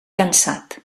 cansat